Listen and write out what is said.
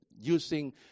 Using